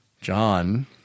John